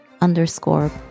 underscore